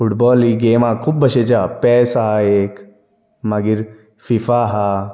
football ही game आहा खूब बशेची हा पॅस आहा एक मागीर फीफा आहा